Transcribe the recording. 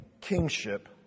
kingship